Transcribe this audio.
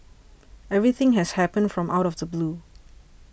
everything has happened from out of the blue